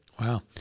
wow